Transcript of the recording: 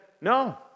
no